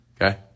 okay